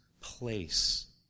place